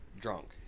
drunk